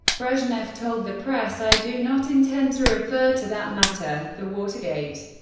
brezhnev told the press, i do not intend to refer to that matter the watergate.